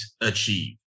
achieve